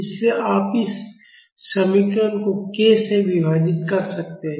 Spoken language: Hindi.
इसलिए आप इस समीकरण को k से विभाजित कर सकते हैं